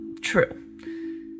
true